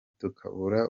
tukabura